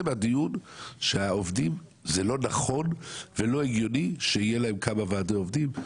הדיון שהעובדים זה לא נכון ולא הגיוני שיהיו להם כמה ועדי העובדים.